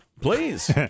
please